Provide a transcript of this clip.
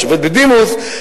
השופט בדימוס,